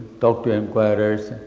talk to inquirers,